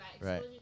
right